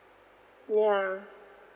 ya